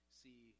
see